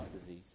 disease